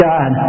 God